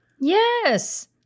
Yes